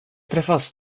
träffas